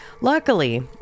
Luckily